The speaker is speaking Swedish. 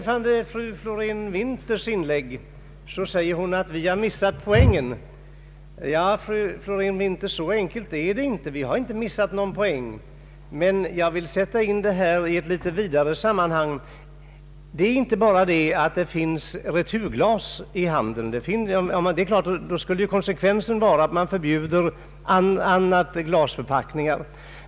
Fru Florén-Winther sade att utskottet har missat poängen, men så enkelt är det inte. Vi har inte missat någon poäng. Jag vill emellertid sätta in problemet i ett vidare sammanhang. Nu finns det returglas i handeln. Då skulle konsekvensen bli att vi förbjuder också andra glasförpackningar.